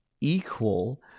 equal